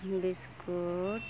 biscuit